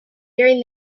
during